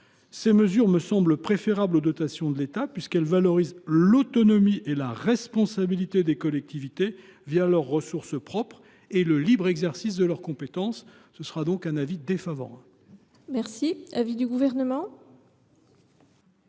Ces mesures me semblent préférables aux dotations de l’État, puisqu’elles valorisent l’autonomie et la responsabilité des collectivités au travers de leurs ressources propres et le libre exercice de leurs compétences. La commission émet donc un avis défavorable. Quel est l’avis du Gouvernement ?